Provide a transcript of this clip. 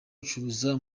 ucuruza